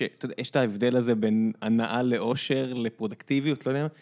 כן, אתה יודע, יש את ההבדל הזה בין הנאה לאושר לפרודקטיביות